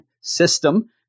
system